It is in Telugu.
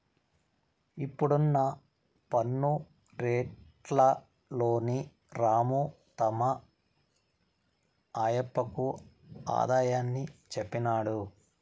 ఇప్పుడున్న పన్ను రేట్లలోని రాము తమ ఆయప్పకు ఆదాయాన్ని చెప్పినాడు